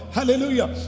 Hallelujah